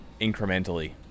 incrementally